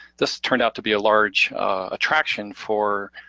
this turned out to be a large attraction for